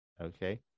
okay